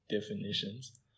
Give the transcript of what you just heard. definitions